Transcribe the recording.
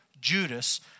Judas